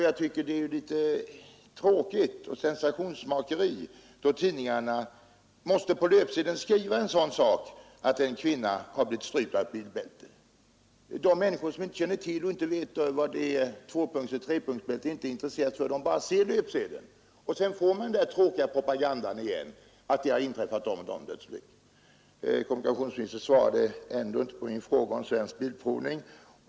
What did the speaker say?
Jag tycker det är beklagligt och litet av sensationsmakeri att tidningarna på löpsedlarna skriver en sådan sak som att en kvinna har blivit strypt av ett bilbälte. De människor som inte känner till att det finns tvåpunktsoch trepunktsbälten och som inte är intresserade av dem ser bara löpsedeln, och sedan kommer denna tråkiga propaganda igen, att de och de dödsolyckorna har inträffat till följd av att bilbälten använts! Kommunikationsministern svarade ändå inte på min fråga om Svensk bilprovning.